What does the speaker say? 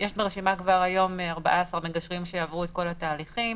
יש ברשימה כבר היום 14 מגשרים שעברו את כל התהליכים.